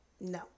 No